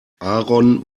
aaron